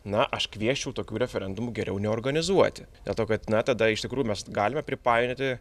na aš kviesčiau tokių referendumų geriau neorganizuoti dėl to kad na tada iš tikrųjų mes galime pripainioti